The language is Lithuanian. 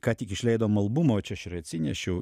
ką tik išleidom albumą va čia aš ir atsinešiau